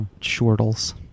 shortles